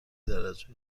درجه